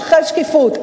צריכה להיות שקיפות,